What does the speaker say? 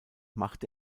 machte